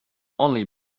only